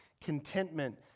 Contentment